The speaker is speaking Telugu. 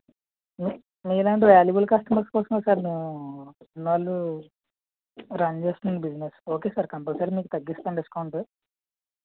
మీలాంటి వాల్యుబుల్ కస్టమర్స్ కోసమే సార్ మేము ఇన్నాళ్ళు రన్ చేస్తుంది బిజినెస్ ఓకే సార్ కంపల్సరీ మీకు తగ్గిస్తాను డిస్కౌంటు